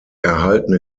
erhaltene